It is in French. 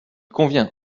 convient